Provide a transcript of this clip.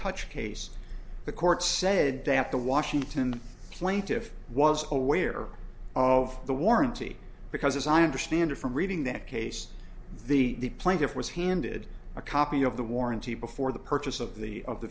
touch case the court said they have to washington plaintive was aware of the warranty because as i understand from reading that case the plaintiff was handed a copy of the warranty before the purchase of the of the